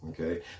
Okay